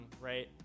right